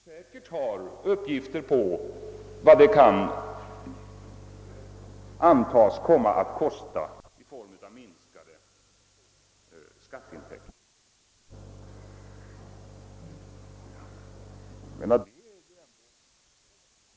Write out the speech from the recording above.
Herr Sträng har säkerligen uppgifter på vad den justeringen kan komma att kosta i form av minskade skatteintäkter.